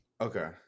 Okay